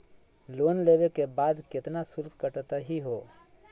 Loan लेवे के बाद केतना शुल्क कटतही हो?